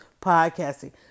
podcasting